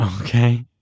Okay